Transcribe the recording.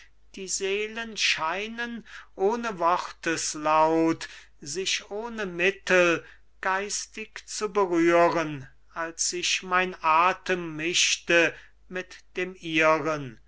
weben die seelen schienen ohne worteslaut sich ohne mittel geistig zu berühren als sich mein athem mischte mit dem ihren